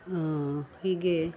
ಹಾಂ ಹೀಗೆ